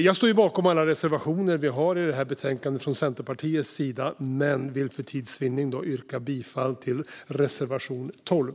Jag står bakom alla reservationer som Centerpartiet har i betänkandet men yrkar för tids vinnande endast bifall till reservation 12.